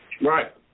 Right